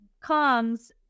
comes